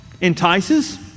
Entices